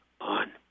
on